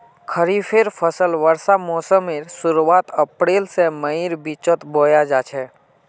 खरिफेर फसल वर्षा मोसमेर शुरुआत अप्रैल से मईर बिचोत बोया जाछे